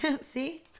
See